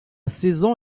saison